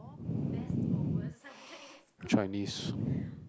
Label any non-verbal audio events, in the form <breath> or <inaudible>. <breath> Chinese <breath>